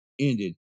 ended